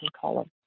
column